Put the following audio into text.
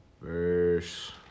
Verse